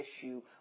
issue